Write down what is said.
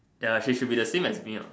ya she should be the same as me uh